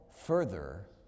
further